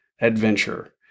adventure